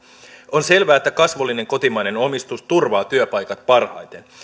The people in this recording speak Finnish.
on selvä että kasvullinen kotimainen omistus turvaa työpaikat parhaiten